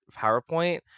powerpoint